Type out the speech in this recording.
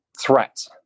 threat